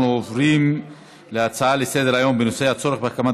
אנחנו עוברים להצעות לסדר-היום בנושא: הצורך בהקמת